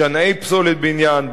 משנעי פסולת בניין,